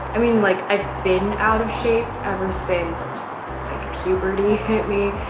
i mean like i've been out of shape ever since puberty hit me,